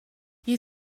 you